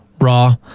raw